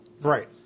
right